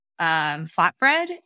flatbread